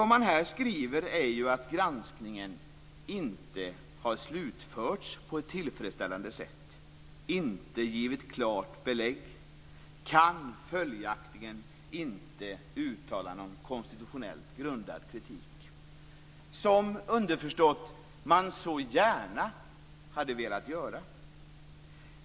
Det man här skriver är ju att granskningen inte har slutförts på ett tillfredsställande sätt, inte givit klart belägg, "kan följaktligen inte uttala någon konstitutionellt grundad kritik", som underförstått man så gärna hade velat göra.